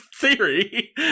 theory